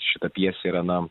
šita pjesė yra na